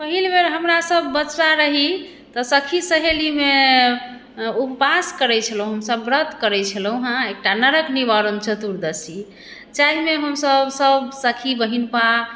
पहिल बेर हमरा सभ बच्चा रही तऽ सखी सहेलीमे उपवास करै छलहुँ हम सभ व्रत करै छलहुँ हेँ एकटा नरक निवारण चतुर्दशी जाहिमे हम सभ सब बहिनपा